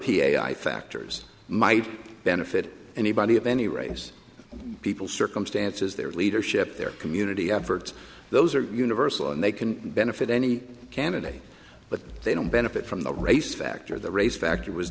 p i factors might benefit anybody of any race people circumstances their leadership their community efforts those are universal and they can benefit any candidate but they don't benefit from the race factor the race factor was